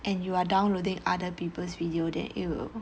and you are downloading other people's video then it will